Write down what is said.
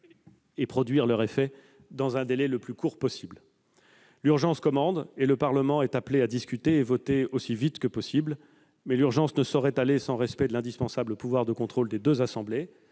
produire leurs effets dans le délai le plus court possible. L'urgence commande, et le Parlement est appelé à les discuter et à les voter aussi vite que possible, mais l'urgence ne saurait aller sans respect de l'indispensable pouvoir de contrôle des deux assemblées.